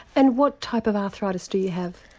and what type of arthritis do you have?